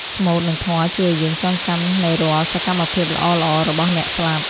ស្មូត និងធម៌ជួយឱ្យយើងចងចាំនូវរាល់សកម្មភាពល្អៗរបស់អ្នកស្លាប់។